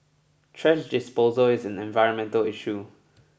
trash disposal is an environmental issue